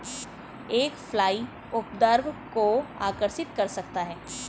एक फ्लाई उपद्रव को आकर्षित कर सकता है?